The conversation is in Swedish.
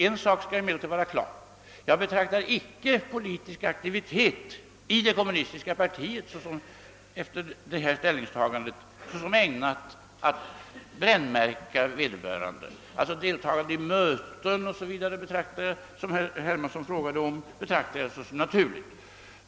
En sak är emellertid klar: Jag betraktar inte politisk aktivitet i det kommunistiska partiet, efter detta ställningstagande, som ägnat att brännmärka vederbörande. Deltagande i möten etc., som herr Hermansson frågar om, betraktar jag som naturligt.